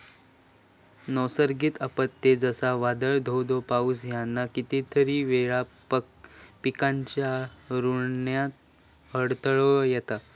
नैसर्गिक आपत्ते, जसा वादाळ, धो धो पाऊस ह्याना कितीतरी वेळा पिकांच्या रूजण्यात अडथळो येता